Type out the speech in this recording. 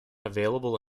available